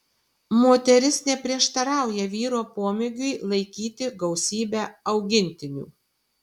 moteris neprieštarauja vyro pomėgiui laikyti gausybę augintinių